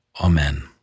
Amen